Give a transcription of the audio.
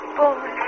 boy